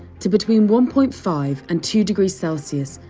to between one point five and two degrees celsius,